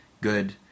good